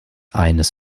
eines